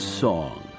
song